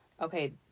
okay